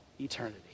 eternity